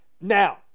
Now